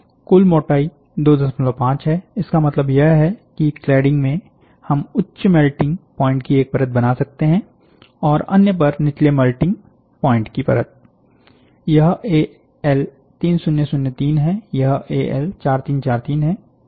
कुल मोटाई 25 है इसका मतलब यह है कि क्लैडींग में हम उच्च मेल्टिंग पॉइंट की एक परत बना सकते हैं और अन्य पर नीचले मेल्टिंग पॉइंट की परत यह एएल 3003 है यह एएल 4343 है